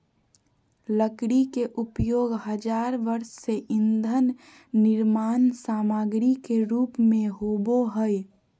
लकड़ी के उपयोग हजार वर्ष से ईंधन निर्माण सामग्री के रूप में होबो हइ